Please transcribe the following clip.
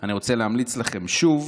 אני רוצה להמליץ לכם שוב